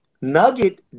Nugget